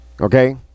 okay